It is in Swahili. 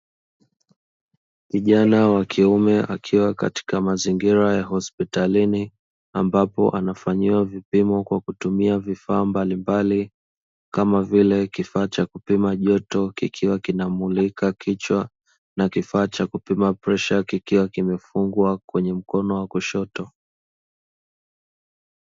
Kijana wa kiume akiwa katika mazingira ya hospitalini ambapo anafanyiwa vipimo kwa kutumia vifaa mbalimbali, kama vile kifaa cha kupima joto kikiwa kinamulika kichwa, na kifaa cha kupima presha kikiwa kimefungwa kwenye mkono wa kushoto.